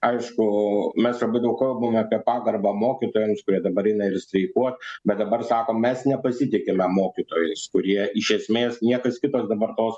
aišku mes abudu kalbam apie pagarbą mokytojams kurie dabar eina ir streikuot bet dabar sakom mes nepasitikime mokytojais kurie iš esmės niekas kitas dabar tos